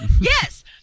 yes